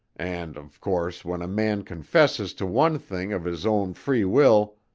and, of course, when a man confesses to one thing of his own free will,